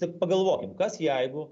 taip pagalvokim kas jeigu